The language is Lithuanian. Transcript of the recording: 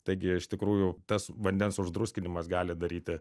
taigi iš tikrųjų tas vandens uždruskinimas gali daryti